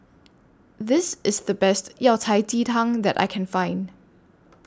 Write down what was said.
This IS The Best Yao Cai Ji Tang that I Can Find